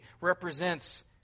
represents